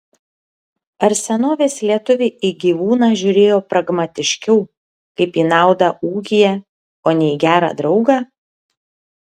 ar senovės lietuviai į gyvūną žiūrėjo pragmatiškiau kaip į naudą ūkyje o ne į gerą draugą